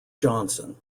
johnson